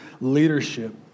leadership